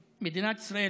ישראל,